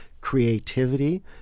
creativity